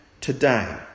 today